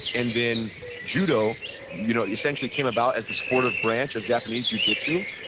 and then judo you know essentially came about as the sport of branch of japanese jujitsu,